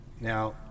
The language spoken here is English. now